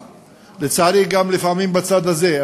לצערי לפעמים גם בצד הזה,